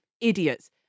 idiots